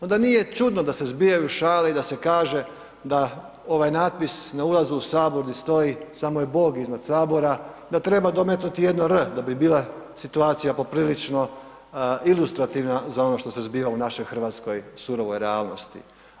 Onda nije čudno da se zbijaju šale i da se kaže da ovaj natpis na ulazu u Sabor gdje stoji samo je Bog iznad Sabora, da treba dometnuti jedno R da bi bila situacija poprilično ilustrativna za ono što se zbila u našoj hrvatskoj surovijoj realnosti.